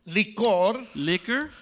liquor